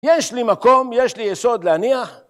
יש לי מקום, יש לי יסוד להניח.